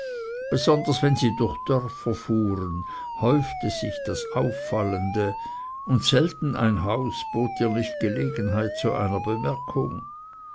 besonders wenn sie durch dörfer fuhren häufte sich das auffallende und selten ein haus bot ihr nicht gelegenheit zu einer bemerkung